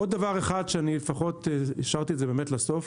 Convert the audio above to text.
עוד דבר אחד שאני לפחות השארתי את זה באמת לסוף.